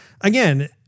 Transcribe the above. Again